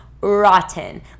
rotten